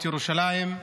את ירושלים.